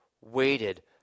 waited